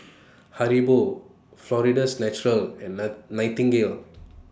Haribo Florida's Natural and Nightingale